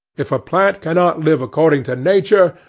if a plant cannot live according to nature,